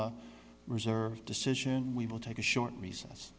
reserve decision we will take a short recess